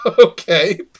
Okay